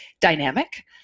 dynamic